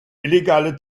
illegale